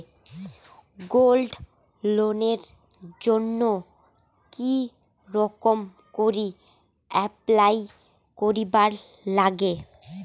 Gold লোনের জইন্যে কি রকম করি অ্যাপ্লাই করিবার লাগে?